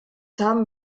haben